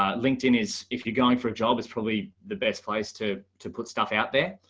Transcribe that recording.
ah linkedin is if you're going for a job is probably the best place to to put stuff out there.